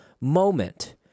moment